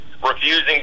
Refusing